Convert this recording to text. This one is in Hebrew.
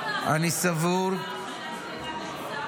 למה לא עשיתם שום דבר שנה שלמה בנוסף?